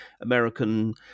American